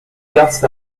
gas